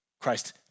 Christ